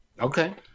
Okay